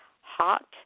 hot